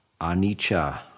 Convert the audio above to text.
Anicca